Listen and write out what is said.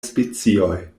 specioj